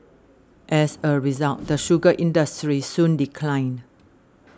as a result the sugar industry soon declined